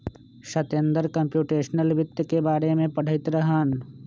Satender computational वित्त के बारे में पढ़ईत रहन